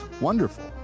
wonderful